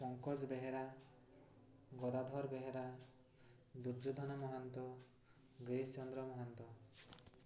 Pankaj Behera Gadadhar Behera Duryodhan Mahant Girish Chandra Mahanta